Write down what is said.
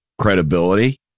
credibility